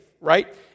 right